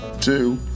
Two